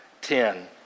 ten